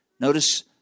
Notice